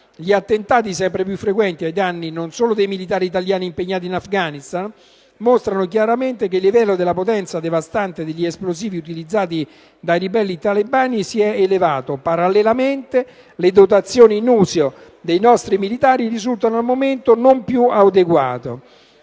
Gli attentati, sempre più frequenti, ai danni non solo dei militari italiani impegnanti in Afghanistan, mostrano chiaramente che il livello della potenza devastante degli esplosivi utilizzati dai ribelli talebani si è elevato; parallelamente, le dotazioni in uso dei nostri militari risultano al momento non più adeguate.